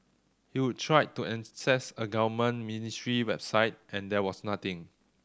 he'd tried to access a government ministry website and there was nothing